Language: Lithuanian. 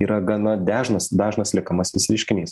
yra gana dežnas dažnas liekamasis reiškinys